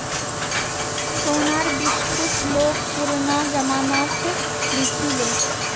सोनार बिस्कुट लोग पुरना जमानात लीछीले